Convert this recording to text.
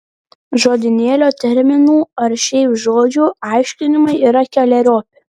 žodynėlio terminų ar šiaip žodžių aiškinimai yra keleriopi